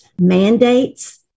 mandates